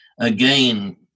Again